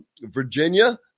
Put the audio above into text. Virginia